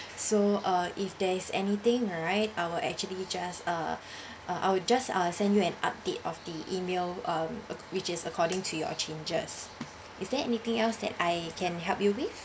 so uh if there's anything right I will actually just uh uh I would just uh send you an update of the email um which is according to your changes is there anything else that I can help you with